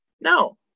no